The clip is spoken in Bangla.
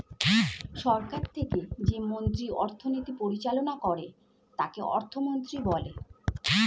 সরকার থেকে যে মন্ত্রী অর্থনীতি পরিচালনা করে তাকে অর্থমন্ত্রী বলে